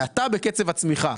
האטה בקצב הצמיחה.